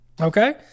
Okay